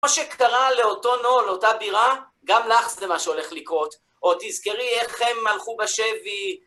כמו שקרה לאותו נו, לאותה בירה, גם לך זה מה שהולך לקרות. או תזכרי איך הם הלכו בשבי...